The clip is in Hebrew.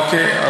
אוקיי.